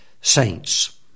saints